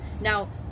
now